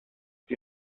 die